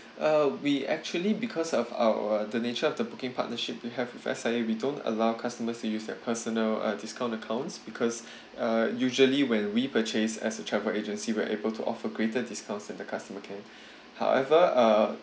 uh we actually because of our the nature of the booking partnership we have with S_I_A we don't allow customers to use their personal uh discount accounts because uh usually when we purchase as a travel agency we are able to offer greater discounts than the customer can however uh